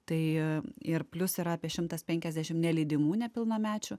tai ir plius yra apie šimtas penkiasdešimt nelydimų nepilnamečių